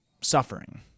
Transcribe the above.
suffering